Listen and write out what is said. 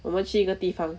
我们去一个地方